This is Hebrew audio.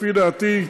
לפי דעתי,